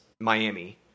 Miami